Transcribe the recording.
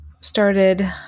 started